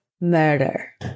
Murder